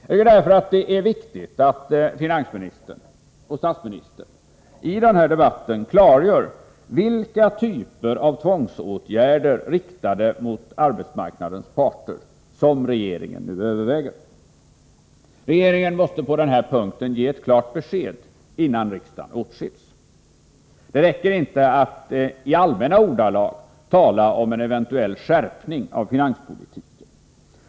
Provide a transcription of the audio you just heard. Jag tycker därför att det är viktigt att finansministern och statsministern i den här debatten klargör vilka typer av tvångsåtgärder, riktade mot arbetsmarknadens parter, som regeringen nu överväger. Regeringen måste på denna punkt ge klart besked innan riksdagen åtskiljs. Det räcker inte att i allmänna ordalag tala om en eventuell skärpning av finanspolitiken.